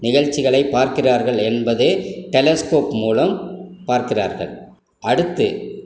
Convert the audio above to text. நிகழ்ச்சிகளை பார்க்கிறார்கள் என்பதே டெலஸ்கோப் மூலம் பார்க்கிறார்கள் அடுத்து